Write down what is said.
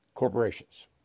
corporations